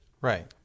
Right